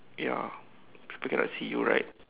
ya people cannot see you right